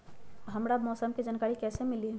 हमरा मौसम के जानकारी कैसी मिली?